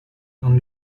dans